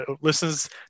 listens